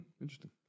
interesting